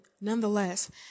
nonetheless